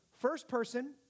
first-person